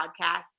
podcast